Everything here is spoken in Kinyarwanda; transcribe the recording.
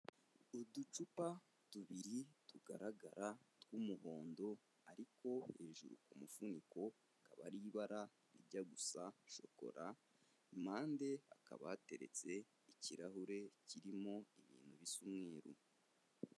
Uducupa tubiri tugaragara tw'umuhondo ariko hejuru k'umufuniko ukaba ari ibara rijya gusa shokora impande hakaba yateretse ikirahure kirimo ibintu bisa umweru.